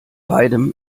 beidem